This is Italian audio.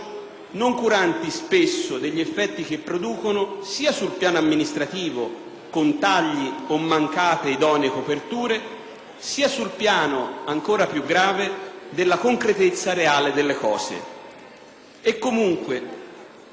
non curanti spesso degli effetti che producono sia sul piano amministrativo con tagli o mancate idonee coperture, sia sul piano, ancora più grave, della concretezza reale delle cose. E comunque,